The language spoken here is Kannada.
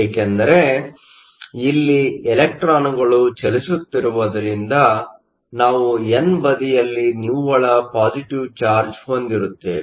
ಏಕೆಂದರೆ ಇಲ್ಲಿ ಇಲೆಕ್ಟ್ರಾನ್ಗಳು ಚಲಿಸುತ್ತಿರುವುದರಿಂದ ನಾವು ಎನ್ ಬದಿಯಲ್ಲಿ ನಿವ್ವಳ ಪಾಸಿಟಿವ್ ಚಾರ್ಜ್ ಹೊಂದಿರುತ್ತೇವೆ